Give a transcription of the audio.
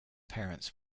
parents